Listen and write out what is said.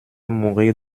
mourir